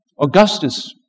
Augustus